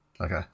Okay